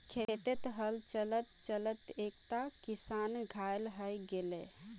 खेतत हल चला त चला त एकता किसान घायल हय गेले